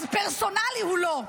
אז פרסונלי הוא לא.